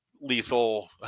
lethal